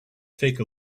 fake